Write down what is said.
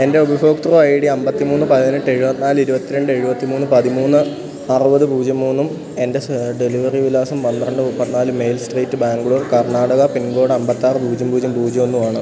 എൻ്റെ ഉപഭോക്തൃ I D അമ്പത്തിമൂന്ന് പതിനെട്ട് എഴുപത്തിനാല് ഇരുപത്തിരണ്ട് എഴുപത്തിമൂന്ന് പതിമൂന്ന് അറുപത് പൂജ്യം മൂന്നും എൻ്റെ ഡെലിവറി വിലാസം പന്ത്രണ്ട് മുപ്പത്തിനാല് mail street Bangalore Karnataka pin code അമ്പത്താറ് പൂജ്യം പൂജ്യം പൂജ്യം ഒന്നുമാണ്